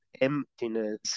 emptiness